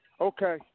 Okay